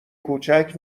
کوچک